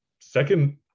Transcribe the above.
second